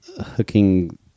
hooking